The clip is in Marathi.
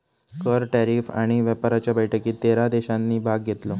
कर, टॅरीफ आणि व्यापाराच्या बैठकीत तेरा देशांनी भाग घेतलो